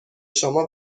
شما